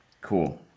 Cool